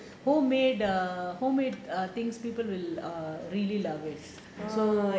homemade err homemade err things people will err really love it so